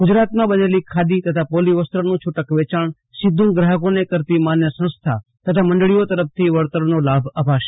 ગુજરાતમાં બનેલી ખાદી તથા પોલીસ વસ્ત્રનું છૂટક વેચાણ સીધુ ગ્રાહકોને કરતી માન્ય સંસ્થા તથા મંડળીઓ તરફથી વળતરનો લાભ અપાશે